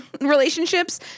relationships